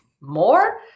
more